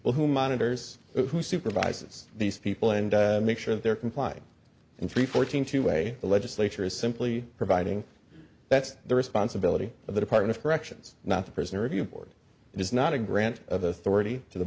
well who monitors who supervises these people and make sure that they're complying in three fourteen two way the legislature is simply providing that's the responsibility of the department of corrections not the prisoner review board it is not a grant of authority to the